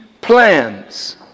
plans